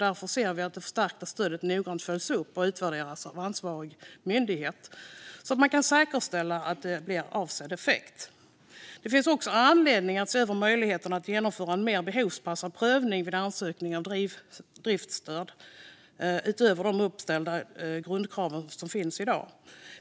Därför vill vi att det förstärkta stödet noggrant följs upp och utvärderas av ansvarig myndighet, så att man kan säkerställa att det får avsedd effekt. Det finns också anledning att se över möjligheterna att genomföra en mer behovsanpassad prövning vid ansökan om driftsstöd, utöver de uppställda grundkrav som finns i dag.